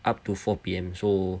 up to four P_M so